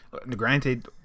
granted